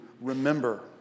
remember